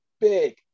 big